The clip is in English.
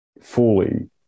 fully